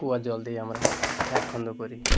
কুয়া জল দিয়ে আমরা খেত খন্দ করি